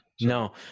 No